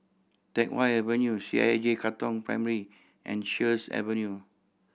Teck Whye Avenue C H I J Katong Primary and Sheares Avenue